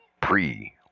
pre-